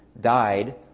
died